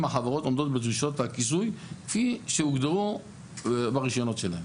החברות עומדות בדרישות הכיסוי כפי שהוגדרו ברישיונות שלהן.